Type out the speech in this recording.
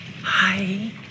hi